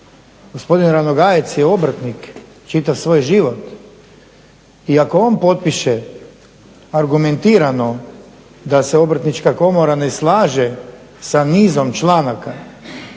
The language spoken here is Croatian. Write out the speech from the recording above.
Gospodin Ranogajec je obrtnik čitav svoj život i ako on potpiše argumentirano da se Obrtnička komora ne slaže sa nizom članaka,